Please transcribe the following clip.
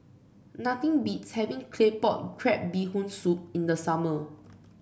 nothing beats having Claypot Crab Bee Hoon Soup in the summer